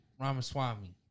Ramaswamy